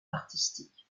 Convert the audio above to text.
artistique